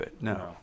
No